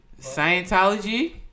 Scientology